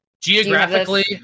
Geographically